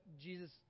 Jesus